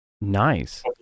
Nice